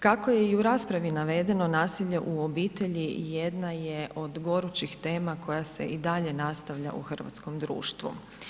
Kako je i u raspravi navedeno, nasilje u obitelji jedna je od gorućih tema koja se i dalje nastavlja u hrvatskom društvu.